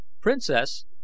Princess